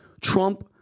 Trump